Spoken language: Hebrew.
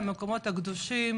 המקומות הקדושים